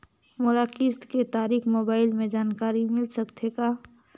मोला किस्त के तारिक मोबाइल मे जानकारी मिल सकथे का?